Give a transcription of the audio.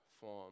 form